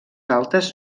altes